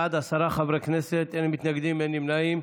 בעד, עשרה חברי כנסת, אין מתנגדים, אין נמנעים.